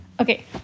Okay